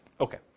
Okay